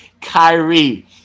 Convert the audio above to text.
Kyrie